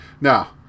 Now